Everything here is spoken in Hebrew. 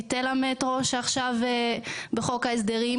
היטל המטרו שנמצא עכשיו בחוק ההסדרים,